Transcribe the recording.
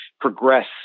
progress